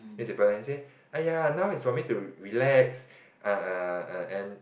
newspaper leh then she say !aiya! now is for me to relax uh and